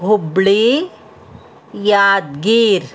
Hubballi Yadgir